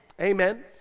Amen